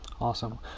Awesome